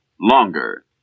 longer